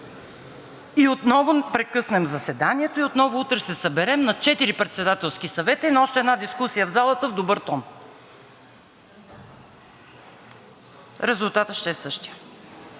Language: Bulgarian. и отново прекъснем заседанието, и отново утре се съберем на четири председателски съвета и на още една дискусия в залата с добър тон? Резултатът ще е същият.